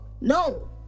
No